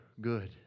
good